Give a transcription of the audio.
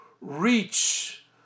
reach